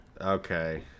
Okay